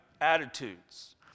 attitudes